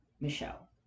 Michelle